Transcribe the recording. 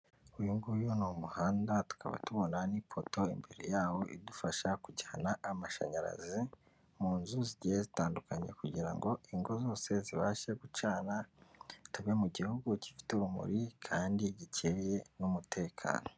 Uyu nguyu ni umuhanda, tukaba tubona n'ipoto imbere yawo, idufasha kujyana amashanyarazi mu nzu zigiye zitandukanye, kugira ngo, ingo zose zibashe gucana tube mu gihugu gifite urumuri kandi gikeye n'umutekano.